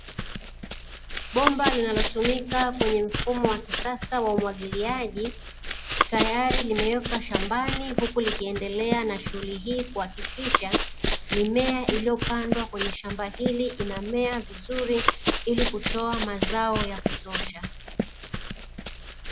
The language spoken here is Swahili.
Bomba linalotumika kwenye mfumo wa kisasa wa umwagiliaji tayari limewekwa shambani, huku likiendelea na shughuli hii kuhakikisha, mimea iliyopandwa kwenye shamba hili inamea vizuri ili kutoa mazao ya kutosha.